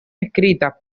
escritas